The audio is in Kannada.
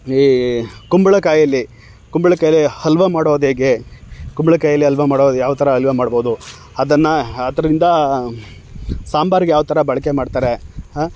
ಈ ಕುಂಬಳಕಾಯಲ್ಲಿ ಕುಂಬಳಕಾಯಲ್ಲಿ ಹಲ್ವ ಮಾಡೋದು ಹೇಗೆ ಕುಂಬಳಕಾಯಲ್ಲಿ ಹಲ್ವ ಮಾಡೋದು ಯಾವ ಥರ ಹಲ್ವ ಮಾಡ್ಬೋದು ಅದನ್ನು ಆದ್ರಿಂದ ಸಾಂಬಾರಿಗೆ ಯಾವ ಥರ ಬಳಕೆ ಮಾಡ್ತಾರೆ ಹಾಂ